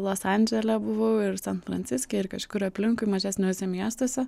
los andžele buvau ir san franciske ir kažkur aplinkui mažesniuose miestuose